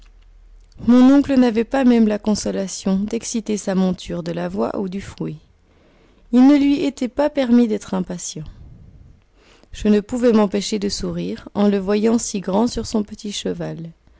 mon oncle n'avait pas même la consolation d'exciter sa monture de la voix ou du fouet il ne lui était pas permis d'être impatient je ne pouvais m'empêcher de sourire en le voyant si grand sur son petit cheval